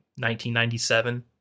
1997